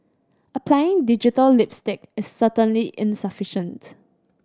applying digital lipstick is certainly insufficient's